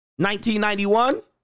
1991